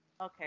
Okay